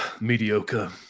mediocre